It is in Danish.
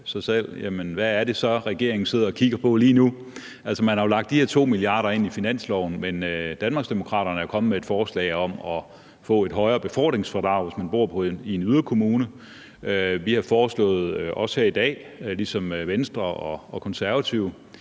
hvad det så er, regeringen sidder og kigger på lige nu. Man har lagt de her 2 mia. kr. ind i finanslovsforslaget, men Danmarksdemokraterne er jo kommet med et forslag om et højere befordringsfradrag, hvis man bor i en yderkommune. Vi har også her i dag ligesom Venstre og De Konservative